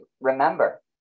remember